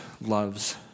loves